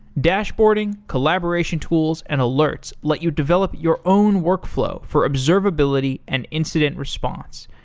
dashboarding, collaboration tools, and alerts let you develop your own workflow for observability and incident response.